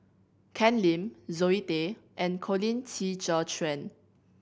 Ken Lim Zoe Tay and Colin Qi Zhe Quan